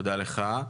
תודה לך,